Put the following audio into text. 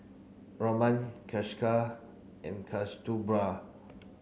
Ramanand Kailash and Kasturba